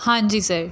ਹਾਂਜੀ ਸਰ